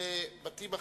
מבתים אחרים,